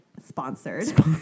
sponsored